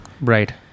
Right